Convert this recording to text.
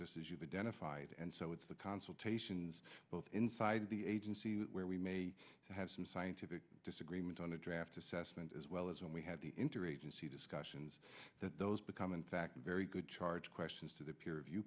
just as you've identified and so it's the consultations both inside the agency where we may have some scientific disagreement on a draft assessment as well as when we have the interagency discussions that those become in fact very good charge questions to the peer review